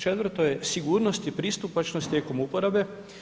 Četvrto je sigurnost i pristupačnost tijekom uporabe.